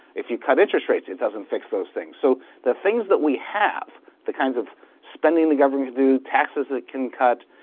if you cut interest rates, it doesn't fix those things. so the things that we have the kinds of spending the government can do, taxes it can cut,